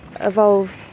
evolve